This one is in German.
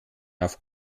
auf